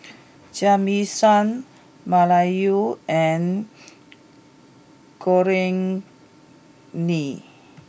Jamison Malaya and